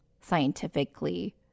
scientifically